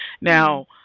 Now